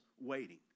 waiting